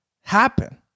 happen